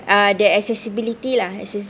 uh that accessibility lah access~